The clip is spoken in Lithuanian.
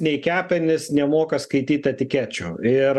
nei kepenys nemoka skaityt etikečių ir